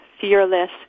fearless